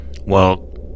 Well